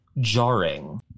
jarring